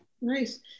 Nice